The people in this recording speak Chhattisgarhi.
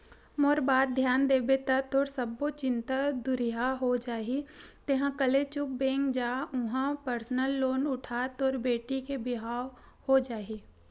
मोर बात धियान देबे ता तोर सब्बो चिंता दुरिहा हो जाही तेंहा कले चुप बेंक जा उहां परसनल लोन उठा तोर बेटी के बिहाव हो जाही